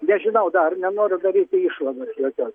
nežinau dar nenoriu daryti išvados jokios